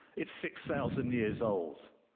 it's six thousand years old,